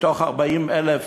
מתוך 40,000